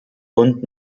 und